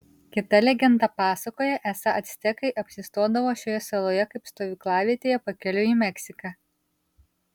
kita legenda pasakoja esą actekai apsistodavo šioje saloje kaip stovyklavietėje pakeliui į meksiką